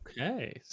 Okay